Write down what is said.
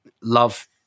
love